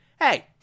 hey